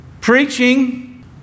Preaching